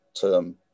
term